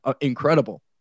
incredible